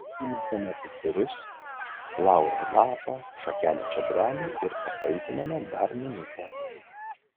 įmetame pipirus lauro lapą šakelę čiobrelių ir pakaitiname dar minutę